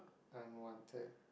unwanted